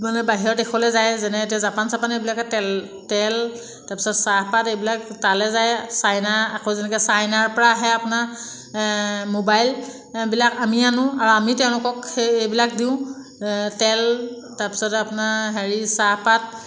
মানে বাহিৰৰ দেশলৈ যায় যেনে এতিয়া জাপান চাপান এইবিলাকে তেল তেল তাৰপিছত চাহপাত এইবিলাক তালে যায় চাইনা আকৌ যেনেকৈ চাইনাৰপৰা আহে আপোনাৰ মোবাইলবিলাক আমি আনো আৰু আমি তেওঁলোকক সেই এইবিলাক দিওঁ তেল তাৰপিছত আপোনাৰ হেৰি চাহপাত